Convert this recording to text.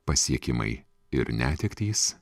pasiekimai ir netektys